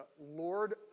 Lord